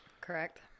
Correct